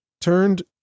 turned